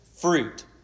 fruit